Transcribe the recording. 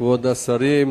כבוד השרים,